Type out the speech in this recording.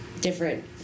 different